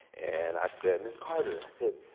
and i said, ms. carter. i said,